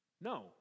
No